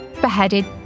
Beheaded